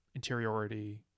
interiority